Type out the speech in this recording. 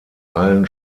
allen